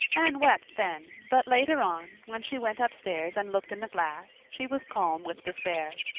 anne wept then, but later on, when she went upstairs and looked in the glass, she was calm with despair.